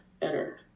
better